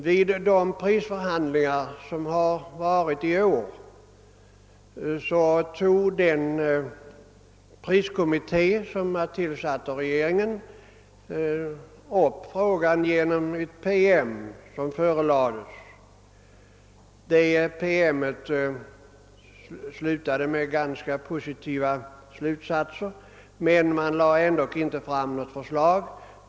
Vid de prisförhandlingar som i år förts tog den av regeringen tillsatta priskommittén upp frågan i en PM som förelades regeringen. Denna PM slutade med ganska positiva slutsatser, men man lade ändå inte fram något förslag.